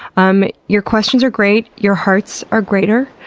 um your questions are great, your hearts are greater.